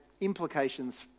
implications